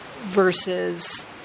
versus